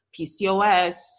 PCOS